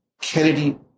Kennedy